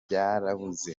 byarabuze